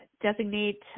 designate